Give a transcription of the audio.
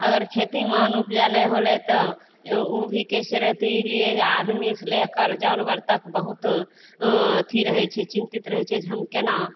अगर खेतीमे अन्न उपजा नहि होलै तऽ ओ भी कैसे रहतै ई लिए आदमी से लेकर जानबर तक बहुत अथी रहै छै चिन्तित रहै छै जे हम केना